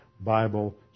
Bible